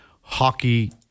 hockey